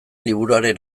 liburuaren